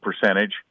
percentage